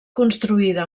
construïda